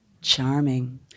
charming